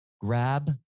Grab